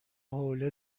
حوله